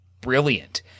brilliant